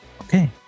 okay